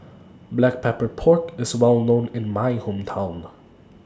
Black Pepper Pork IS Well known in My Hometown